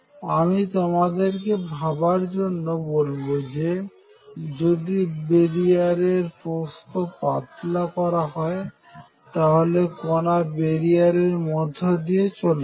আমি তোমাদেরকে ভাবার জন্য বলব যে যদি বেরিয়ার এর প্রস্থ পাতলা করা হয় তাহলে কনা বেরিয়ােরর মধ্য দিয়ে চলে যাবে